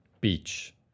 beach